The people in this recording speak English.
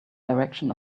direction